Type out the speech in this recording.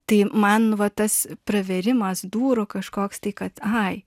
tai man va tas pravėrimas durų kažkoks tai kad ai